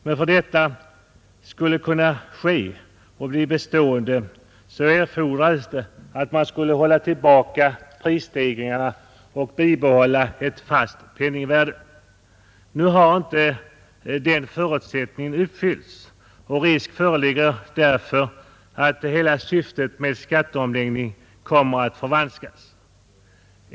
För att detta skulle kunna ske och få bestående verkan erfordrades det att man kunde hålla tillbaka prisstegringarna och bibehålla ett fast penningvärde. Nu har inte den förutsättningen uppfyllts. Risk föreligger därför att hela syftet med skatteomläggningen kommer att förvanskas.